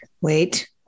Wait